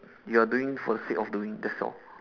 you are doing for the sake of doing that's all